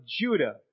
Judah